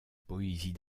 poésie